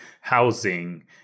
housing